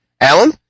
Alan